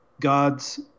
God's